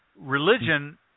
religion